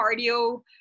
cardio